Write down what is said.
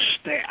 staff